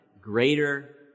greater